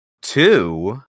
Two